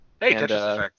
Hey